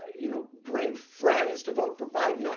you know, bring friends to vote for biden,